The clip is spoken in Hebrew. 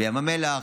בים המלח,